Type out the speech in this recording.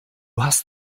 hast